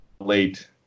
late